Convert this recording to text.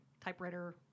typewriter